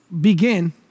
begin